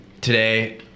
Today